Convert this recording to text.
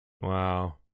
Wow